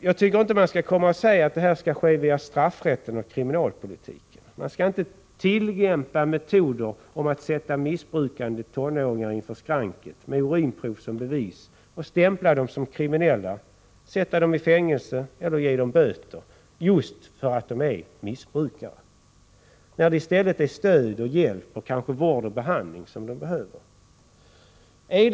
Jag tycker emellertid inte att man skall säga att det här skall ske via straffrätten och kriminalpolitiken. Man skall inte tillgripa metoden att sätta missbrukande tonåringar inför skranket med urinprov som bevis och stämpla dem som kriminella, sätta dem i fängelse eller ge dem böter just därför att de är missbrukare. Det är kanske i stället hjälp, vård och behandling som de behöver.